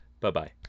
Bye-bye